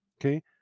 okay